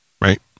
right